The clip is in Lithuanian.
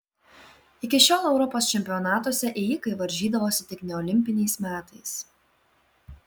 iki šiol europos čempionatuose ėjikai varžydavosi tik neolimpiniais metais